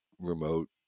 remote